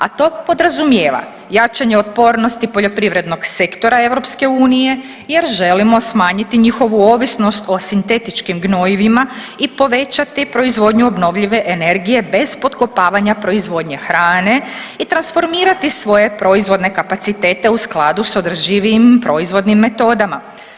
A to podrazumijeva jačanje otpornosti poljoprivrednog sektora EU jer želimo smanjiti njihovu ovisnost o sintetičkim gnojivima i povećati proizvodnju obnovljive energije bez potkopavanja proizvodnje hrane i transformirati svoje proizvodne kapacitete u skladu s održivijim proizvodnim metodama.